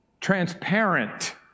Transparent